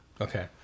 Okay